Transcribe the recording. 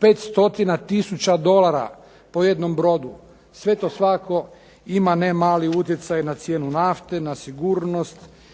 500 tisuća dolara po jednom brodu. Sve to svakako ima ne mali utjecaj na cijenu nafte, na sigurnost